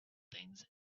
things